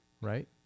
Right